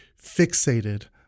fixated